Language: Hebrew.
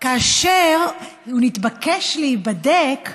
כאשר הוא נתבקש להיבדק,